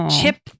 chip